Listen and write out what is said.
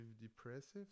depressive